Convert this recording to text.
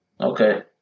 Okay